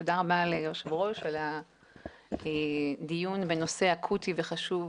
תודה רבה ליושבת-ראש על הדיון בנושא אקוטי וחשוב,